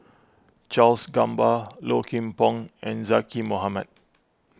Charles Gamba Low Kim Pong and Zaqy Mohamad